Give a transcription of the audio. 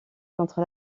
contre